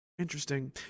interesting